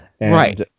Right